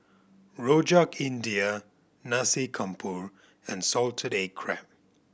Rojak India Nasi Campur and salted egg crab